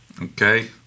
Okay